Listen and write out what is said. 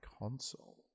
console